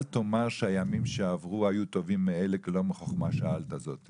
אל תאמר שהימים שעברו היו טובים מאלה כי לא מחוכמה שאלת זאת.